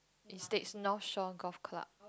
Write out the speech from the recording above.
it states North Shore Golf Club